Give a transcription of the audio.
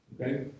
okay